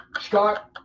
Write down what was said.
Scott